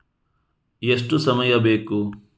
ಎಷ್ಟು ಸಮಯ ಬೇಕು?